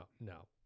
no